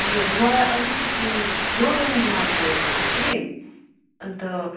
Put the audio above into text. हजुर मलाई अलिकति लो रेन्जमा चाहिएको थियो कि अन्त